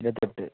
ഇരുപത്തെട്ട്